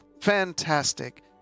fantastic